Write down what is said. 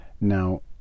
Now